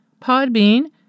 Podbean